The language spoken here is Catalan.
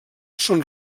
són